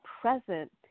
present